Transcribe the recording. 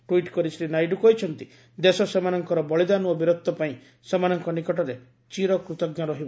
tweet କରି ଶ୍ରୀ ନାଇଡୁ କହିଛନ୍ତି ଦେଶ ସେମାନଙ୍କର ବଳିଦାନ ଓ ବୀରତ୍ପ ପାଇଁ ସେମାନଙ୍କ ନିକଟରେ ଚିରକୃତଜ୍ଞ ରହିବ